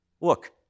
look